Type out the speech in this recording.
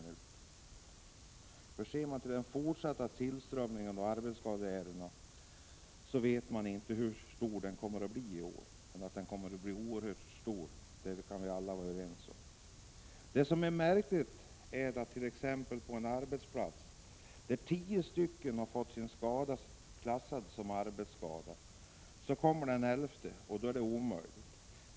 Vi vet inte hur stor den fortsatta tillströmningen av arbetsskadeärenden kommer att bli i år, men vi kan vara överens om att den kommer att bli oerhört stor. En sak som är märklig är att det på en arbetsplats kan finnas tio personer som har fått sin skada klassad som arbetsskada, men då den elfte kommer är det omöjligt.